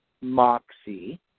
Moxie